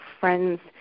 friends